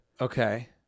Okay